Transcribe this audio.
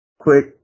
Quick